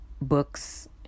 books